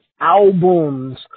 albums